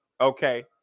Okay